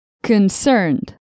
Concerned